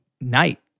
night